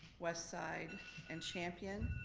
westside and champion